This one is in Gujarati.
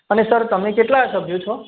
અને સર તમે કેટલા સભ્યો છો